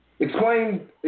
Explain